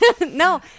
No